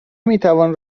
میتوان